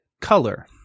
color